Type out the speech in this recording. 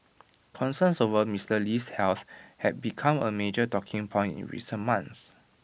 concerns over Mister Lee's health had become A major talking point in recent months